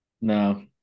No